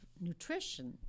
nutrition